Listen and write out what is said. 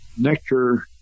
nectar